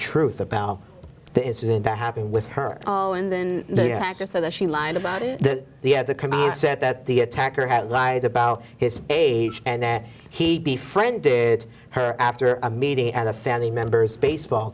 truth about the incident that happened with her oh and then they had to say that she lied about the at the combine said that the attacker had lied about his age and that he be friended her after a meeting at a family member's baseball